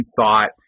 thought